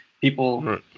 people